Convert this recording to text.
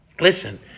Listen